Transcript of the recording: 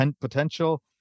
potential